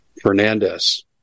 Fernandez